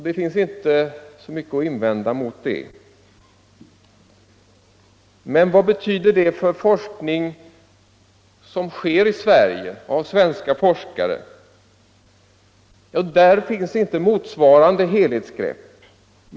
Det finns inte så mycket att invända mot det. Men vad betyder det för den forskning som sker i Sverige av svenska forskare? Där finns inte motsvarande helhetsgrepp.